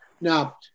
Now